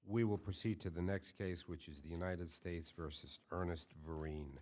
we will proceed to the next case which is the united states versus ernest